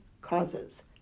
causes